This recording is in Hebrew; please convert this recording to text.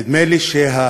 נדמה לי שההישענות